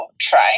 try